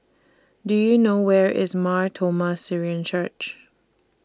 Do YOU know Where IS Mar Thoma Syrian Church